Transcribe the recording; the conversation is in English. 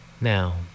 now